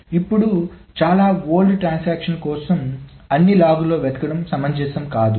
ఇప్పుడు చాలా old transaction కోసం అన్ని లాగ్లలో వెతకడం సమంజసం కాదు